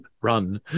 run